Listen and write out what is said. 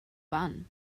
bun